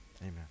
Amen